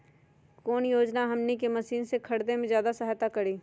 कौन योजना हमनी के मशीन के खरीद में ज्यादा सहायता करी?